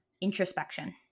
introspection